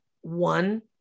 one